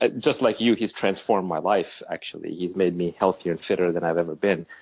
ah just like you, he's transformed my life, actually. he's made me healthier and fitter than i've ever been.